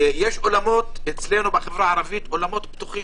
יש אצלנו בחברה הערבית אולמות פתוחים.